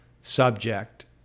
subject